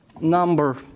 number